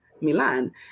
Milan